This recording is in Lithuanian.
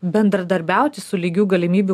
bendradarbiauti su lygių galimybių